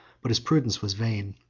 but his prudence was vain,